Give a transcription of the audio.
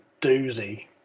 doozy